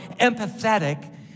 empathetic